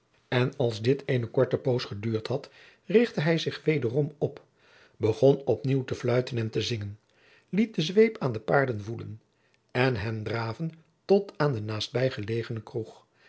en als dit eene korte poos geduurd had richtte hij zich wederom op begon op nieuw te fluiten en te zingen liet den zweep aan de paarden voelen en hen draven tot aan de naastbij gelegene kroeg